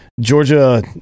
Georgia